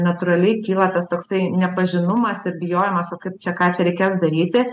natūraliai kyla tas toksai nepažinumas ir bijojimas o kaip čia ką čia reikės daryti